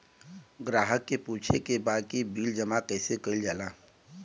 ग्राहक के पूछे के बा की बिल जमा कैसे कईल जाला?